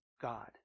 God